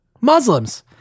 Muslims